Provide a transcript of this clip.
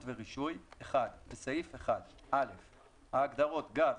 ורישוי) בסעיף 1 - ההגדרות "גז",